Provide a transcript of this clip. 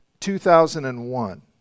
2001